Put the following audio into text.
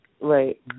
Right